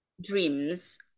dreams